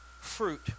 fruit